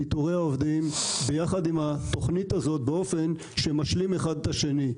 פיטורי העובדים ביחד עם התוכנית הזאת באופן שמשלים אחד את השני.